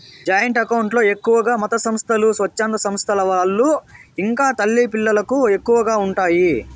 joint account లో ఎక్కువగా మతసంస్థలు, స్వచ్ఛంద సంస్థల వాళ్ళు ఇంకా తల్లి పిల్లలకు ఎక్కువగా ఉంటాయి